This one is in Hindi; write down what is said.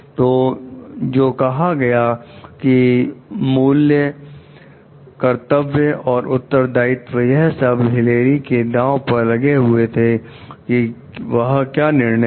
तो जो कहा गया कि मूल्य कर्तव्य और उत्तरदायित्व यह सब हिलेरी के दांव पर लगे हुए थे कि वह क्या निर्णय ले